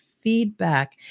feedback